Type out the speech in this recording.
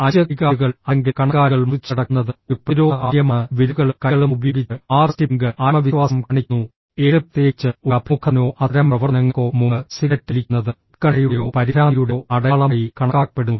5 കൈകാലുകൾ അല്ലെങ്കിൽ കണങ്കാലുകൾ മുറിച്ചുകടക്കുന്നത് ഒരു പ്രതിരോധ ആംഗ്യമാണ് വിരലുകളും കൈകളും ഉപയോഗിച്ച് 6 സ്റ്റിപ്പിംഗ് ആത്മവിശ്വാസം കാണിക്കുന്നു 7 പ്രത്യേകിച്ച് ഒരു അഭിമുഖത്തിനോ അത്തരം പ്രവർത്തനങ്ങൾക്കോ മുമ്പ് സിഗരറ്റ് വലിക്കുന്നത് ഉത്കണ്ഠയുടെയോ പരിഭ്രാന്തിയുടെയോ അടയാളമായി കണക്കാക്കപ്പെടുന്നു